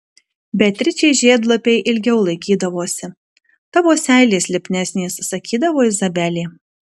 beatričei žiedlapiai ilgiau laikydavosi tavo seilės lipnesnės sakydavo izabelė